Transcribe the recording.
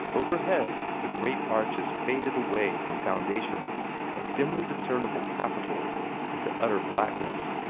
overhead the great arches faded away from foundations of dimly discernible capitals into utter blackness.